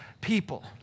people